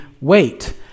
wait